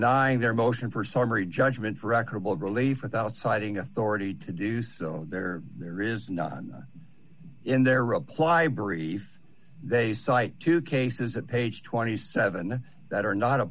denying their motion for summary judgment record relief without citing authority to do so there there is none in their reply brief they cite two cases that page twenty seven that are not